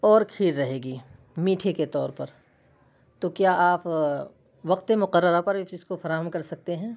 اور کھیر رہے گی میٹھے کے طور پر تو کیا آپ وقتِ مقررہ پر یہ چیز کو فراہم کر سکتے ہیں